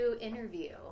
interview